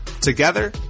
Together